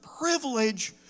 privilege